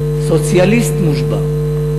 סוציאליסט מושבע.